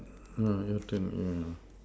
mm your turn yeah